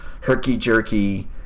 Herky-jerky